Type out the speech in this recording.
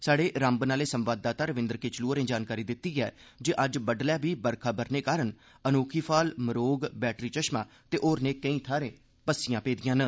स्हाड़े रामबन आले संवाददाता रविंद्र किचलू नै जानकारी दित्ती ऐ जे अज्ज बड्डलै वी बरखा वरने कारण अनोखीफाल मरोग बैटरी चश्मा ते होरनें केई थाहरें पस्सियां पेइयां न